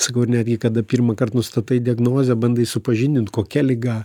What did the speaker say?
sakau ir netgi kada pirmąkart nustatai diagnozę bandai supažindint kokia liga